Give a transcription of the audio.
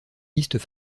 listes